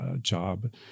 job